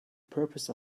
purpose